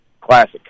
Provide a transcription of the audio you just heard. classic